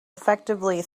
effectively